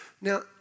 Now